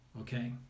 okay